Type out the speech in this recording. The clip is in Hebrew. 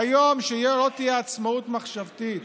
ביום שלא תהיה עצמאות מחשבתית